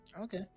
Okay